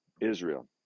Israel